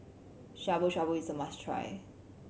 Shabu Shabu is a must try